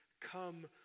come